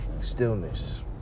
stillness